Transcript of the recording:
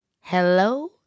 Hello